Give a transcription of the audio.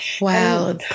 Wow